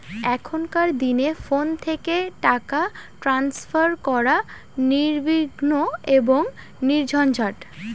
এখনকার দিনে ফোন থেকে টাকা ট্রান্সফার করা নির্বিঘ্ন এবং নির্ঝঞ্ঝাট